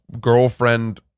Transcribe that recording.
girlfriend